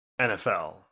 NFL